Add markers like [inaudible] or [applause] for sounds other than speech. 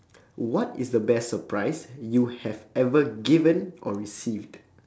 [breath] what is the best surprise you have ever given or received